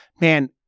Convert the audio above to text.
man